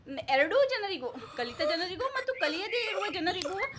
ಮೆ ಎರಡು ಜನರಿಗೂ ಕಲಿತ ಜನರಿಗೂ ಮತ್ತು ಕಲಿಯದೇ ಇರುವ ಜನರಿಗೂ